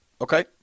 Okay